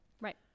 Right